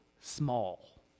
small